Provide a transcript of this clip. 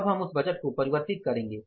अब हम उस बजट को परिवर्तित करेंगे